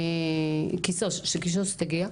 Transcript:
קיסוס, שקיסוס תגיע.